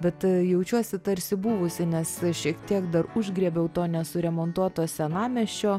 bet jaučiuosi tarsi buvusi nes šiek tiek dar užgriebiau to nesuremontuoto senamiesčio